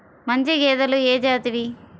మంచి గేదెలు ఏ జాతివి?